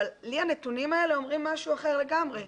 אבל לי הנתונים האלה אומרים משהו אחר לגמרי.